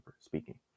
speaking